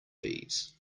bees